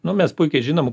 nu mes puikiai žinom